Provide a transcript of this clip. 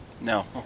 No